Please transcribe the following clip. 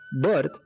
birth